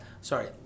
sorry